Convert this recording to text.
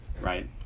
right